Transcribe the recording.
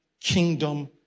kingdom